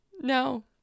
No